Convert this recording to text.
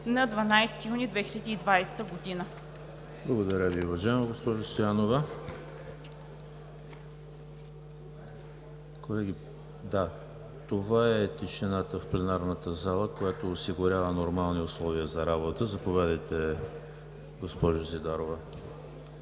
ЕМИЛ ДИМИТРОВ: Благодаря Ви, уважаема госпожо Стоянова. Колеги, това е тишината в пленарната зала, която осигурява нормални условия за работа. Заповядайте, госпожо Зидарова.